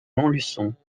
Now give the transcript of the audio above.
montluçon